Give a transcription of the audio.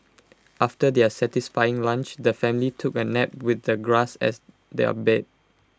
after their satisfying lunch the family took A nap with the grass as their bed